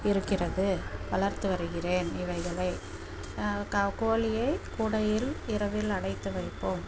இருக்கிறது வளர்த்து வருகிறேன் இவைகளை கோழியை கூடையில் இரவில் அடைத்து வைப்போம்